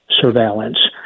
surveillance